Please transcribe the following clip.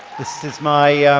this is my,